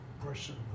person